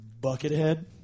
Buckethead